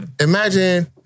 imagine